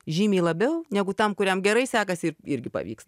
žymiai labiau negu tam kuriam gerai sekasi ir irgi pavyks